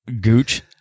gooch